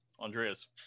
Andreas